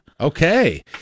Okay